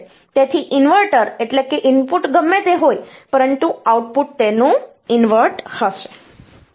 તેથી ઇન્વર્ટર એટલે કે ઇનપુટ ગમે તે હોય પરંતુ આઉટપુટ તેનું ઇન્વર્ટ હશે